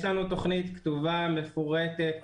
יש לנו תוכנית כתובה ומפורטת,